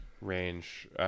range